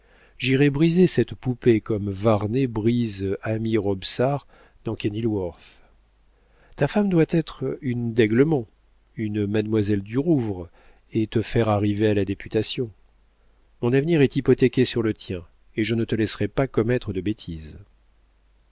j'irais briser cette poupée comme varney brise amy robsart dans kenilworth ta femme doit être une d'aiglemont une mademoiselle du rouvre et te faire arriver à la députation mon avenir est hypothéqué sur le tien et je ne te laisserai pas commettre de bêtises